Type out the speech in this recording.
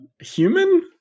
human